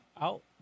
Out